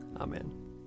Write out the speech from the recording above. Amen